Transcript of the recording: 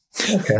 Okay